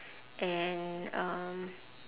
and um